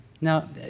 Now